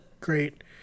Great